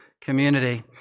community